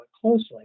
closely